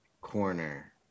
corner